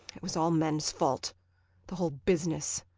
it was all men's fault the whole business.